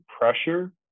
pressure